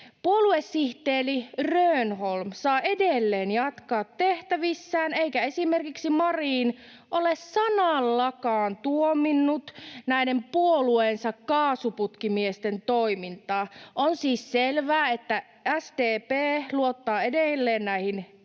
Puoluesihteeri Rönnholm saa edelleen jatkaa tehtävissään, eikä esimerkiksi Marin ole sanallakaan tuominnut näiden puolueensa kaasuputkimiesten toimintaa. On siis selvää, että SDP luottaa edelleen näihin henkilöihin